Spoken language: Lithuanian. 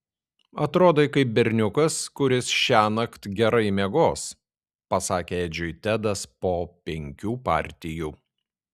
atrodai kaip berniukas kuris šiąnakt gerai miegos pasakė edžiui tedas po penkių partijų